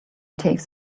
takes